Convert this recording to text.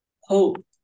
hope